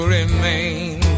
remain